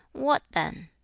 what then?